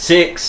Six